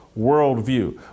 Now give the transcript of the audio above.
worldview